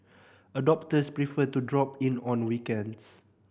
adopters prefer to drop in on weekends